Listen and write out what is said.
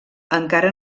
encara